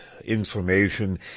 information